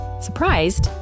Surprised